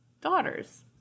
daughters